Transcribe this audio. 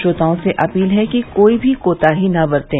श्रोताओं से अपील है कि कोई भी कोताही न बरतें